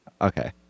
Okay